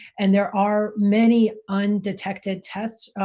and there are many undetected tests,